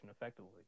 effectively